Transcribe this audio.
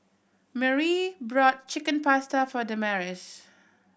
Merrie brought Chicken Pasta for Damaris